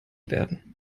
werden